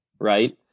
right